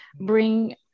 bring